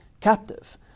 captive